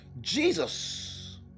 jesus